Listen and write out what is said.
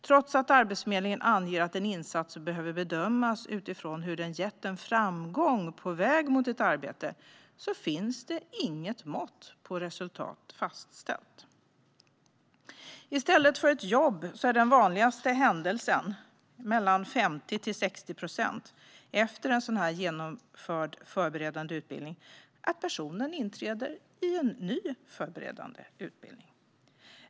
Trots att Arbetsförmedlingen anger att en insats behöver bedömas utifrån hur den gett en framgång på väg mot ett arbete finns det inget mått på resultat fastställt. I stället för ett jobb är den vanligaste händelsen - mellan 50 och 60 procent - efter en genomförd förberedande utbildning att personen inträder i en ny förberedande utbildning.